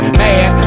mad